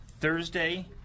Thursday